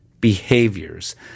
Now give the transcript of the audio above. behaviors